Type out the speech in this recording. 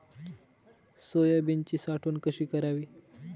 सोयाबीनची साठवण कशी करावी?